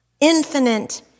infinite